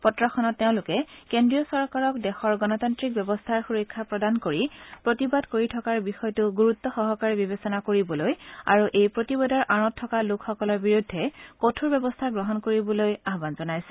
পত্ৰখনত তেওঁলোকে কেন্দ্ৰীয় চৰকাৰক দেশৰ গণতান্ত্ৰিক ব্যৱস্থাৰ সুৰক্ষা প্ৰদান কৰি প্ৰতিবাদ কৰি থকাৰ বিষয়টো গুৰুত্ব সহকাৰে বিবেচনা কৰিবলৈ আৰু এই প্ৰতিবাদৰ আঁৰত থকা লোকসকলৰ বিৰুদ্ধে কঠোৰ ব্যৱস্থা গ্ৰহণ কৰিবলৈ আহবান জনাইছে